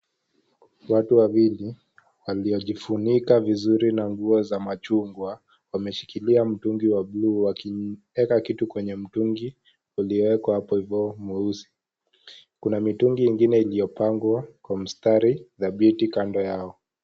Watu wawili waliojifunika vizuri na nguo za machungwa wameshikilia mtungi wa buluu wakiteka kitu kwenye mtungi uliowekwa hapo ivo mweusi, kuna mitungi mingine iliyopangwa kwa mstari dhabiti kando yao.